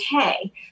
okay